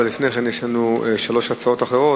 אבל לפני כן יש לנו שלוש הצעות אחרות.